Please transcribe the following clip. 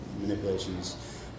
manipulations